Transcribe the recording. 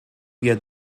wir